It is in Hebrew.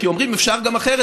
כי אומרים: אפשר גם אחרת,